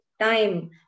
time